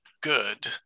good